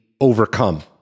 overcome